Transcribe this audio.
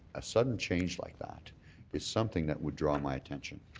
a sudden change like that is something that would draw my attention.